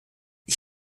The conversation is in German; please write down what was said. ich